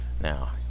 Now